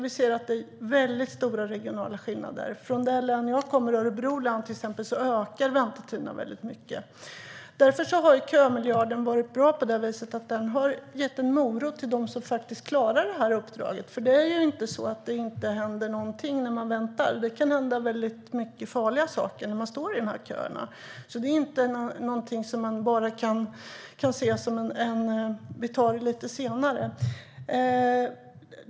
Vi ser väldigt stora regionala skillnader. Från det län jag kommer, Örebro län, ökar till exempel väntetiderna väldigt mycket. Därför har kömiljarden varit bra. Den har gett en morot till dem som klarar uppdraget. Det är inte så att det inte händer någonting när människor väntar. Det kan hända väldigt mycket farliga saker när de står i köerna. Det är inte någonting som man bara kan se på som: Vi tar det lite senare.